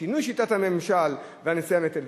שינוי שיטת הממשל והנשיאה בנטל.